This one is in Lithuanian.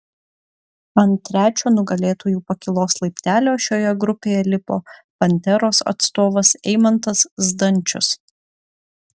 ant trečio nugalėtojų pakylos laiptelio šioje grupėje lipo panteros atstovas eimantas zdančius